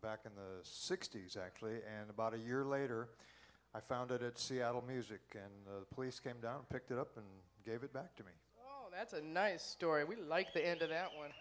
back in the sixties actually and about a year later i found it at seattle music and police came down picked it up and gave it back to me that's a nice story we like the end of that